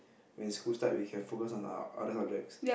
when school start we can focus on our other subjects